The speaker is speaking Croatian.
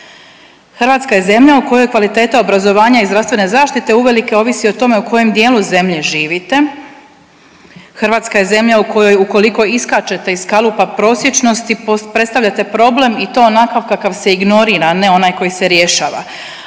Hrvatska je zemlja u kojoj kvaliteti obrazovanja i zdravstvene zaštite uvelike ovisi o tome u kojem dijelu zemlje živite, Hrvatska je zemlja u kojoj, ukoliko iskačete iz kalupa prosječnosti, predstavljate problem i to onakav kakav se ignorira, a ne onaj koji se rješava.